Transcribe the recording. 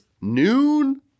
noon